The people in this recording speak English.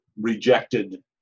rejected